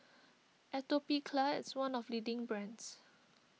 Atopiclair is one of leading brands